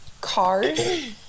Cars